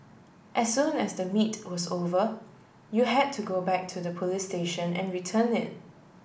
as soon as the meet was over you had to go back to the police station and return it